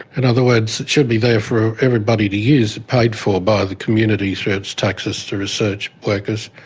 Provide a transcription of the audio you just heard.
and other words it should be there for everybody to use, paid for by the community through its taxes to research workers,